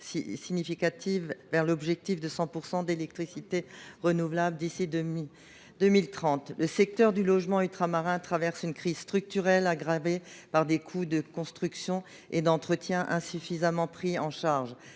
significative vers l’objectif de 100 % d’électricité renouvelable d’ici à 2030. Le secteur du logement ultramarin traverse une crise structurelle, aggravée par des coûts de construction et d’entretien insuffisamment pris en charge.